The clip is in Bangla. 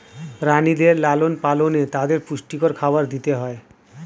প্রাণীদের লালন পালনে তাদের পুষ্টিকর খাবার দিতে হয়